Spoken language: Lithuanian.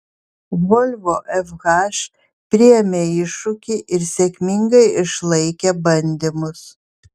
volvo fh priėmė iššūkį ir sėkmingai išlaikė bandymus